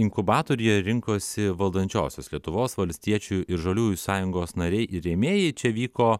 inkubatoriuje rinkosi valdančiosios lietuvos valstiečių ir žaliųjų sąjungos nariai ir rėmėjai čia vyko